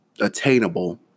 attainable